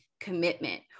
commitment